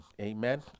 amen